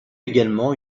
également